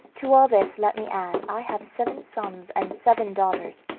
to all this let me add i have seven sons and seven daughters,